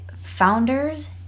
founders